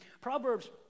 Proverbs